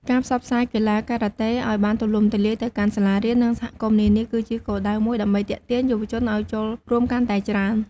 ការផ្សព្វផ្សាយកីឡាការ៉ាតេឲ្យបានទូលំទូលាយទៅកាន់សាលារៀន និងសហគមន៍នានាគឺជាគោលដៅមួយដើម្បីទាក់ទាញយុវជនឲ្យចូលរួមកាន់តែច្រើន។